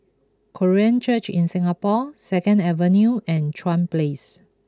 Korean Church in Singapore Second Avenue and Chuan Place